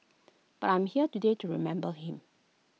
but I'm here today to remember him